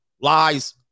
Lies